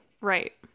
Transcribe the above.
right